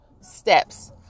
steps